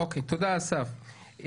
תודה, אסיף.